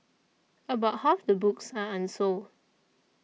about half the books are unsold